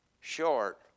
short